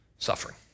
suffering